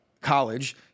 college